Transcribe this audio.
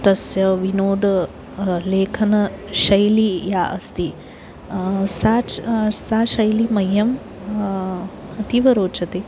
तस्य विनोदः लेखनशैली या अस्ति सा च सा शैली मह्यम् अतीव रोचते